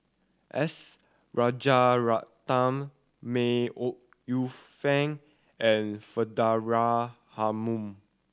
S Rajaratnam May Ooi Yu Fen and Faridah Hanum